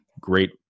great